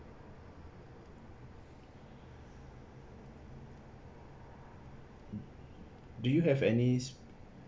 do you have any